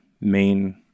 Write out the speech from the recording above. main